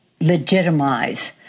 legitimize